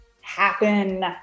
happen